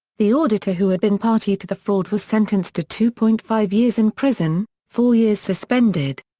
the auditor who had been party to the fraud was sentenced to two point five years in prison, four years suspended.